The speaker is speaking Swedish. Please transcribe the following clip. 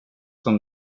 som